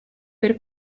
per